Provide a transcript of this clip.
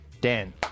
Dan